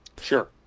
sure